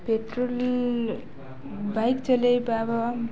petrol bike ଚଲେଇ